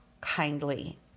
kindly